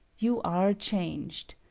you are changed.